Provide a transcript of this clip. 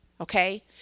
Okay